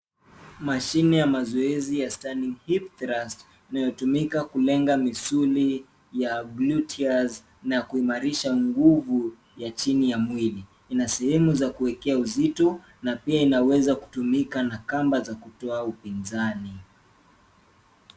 Mashine ya mazoezi ya standing hip thrust inayotumika kulenga misuli ya glutious na kuimarisha nguvu ya chini ya mwili. Ina sehemu ya kuwekea uzito na pia inaweza kutumika na kamba za kutoa upinzani.